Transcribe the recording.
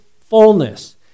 fullness